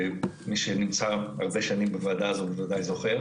מי שנמצא הרבה שנים בוועדה הזאת בוודאי זוכר